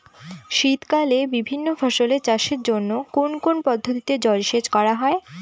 শীতকালে বিভিন্ন ফসলের চাষের জন্য কোন কোন পদ্ধতিতে জলসেচ করা হয়?